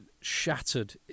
shattered